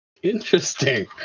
Interesting